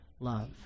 love